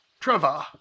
Trevor